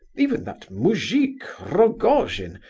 even that moujik, rogojin,